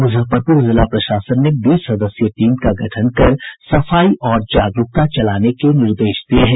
मुजफ्फरपुर जिला प्रशासन ने बीस सदस्यीय टीम का गठन कर सफाई और जागरूकता चलाने के निर्देश दिये हैं